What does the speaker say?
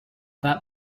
that